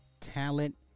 Talent